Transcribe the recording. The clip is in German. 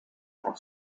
auch